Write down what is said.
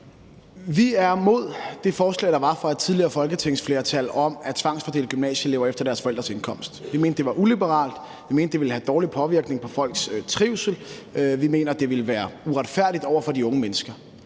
Vi er imod det forslag, der var fra et tidligere folketingsflertal, om at tvangsfordele gymnasieelever efter deres forældres indkomst. Vi mente, det var uliberalt; vi mente, det ville have en dårlig påvirkning på folks trivsel; vi mente, det ville være uretfærdigt over for de unge mennesker.